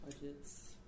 Budgets